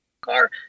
car